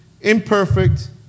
imperfect